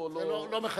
לא.